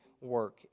work